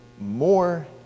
more